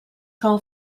call